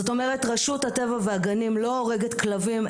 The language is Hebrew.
רשות הטבע והגנים לא הורגת כלבים,